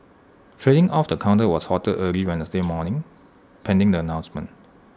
trading of the counter was halted early Wednesday morning pending the announcement